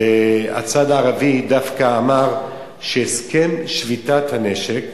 והצד הערבי דווקא אמר שהסכם שביתת הנשק,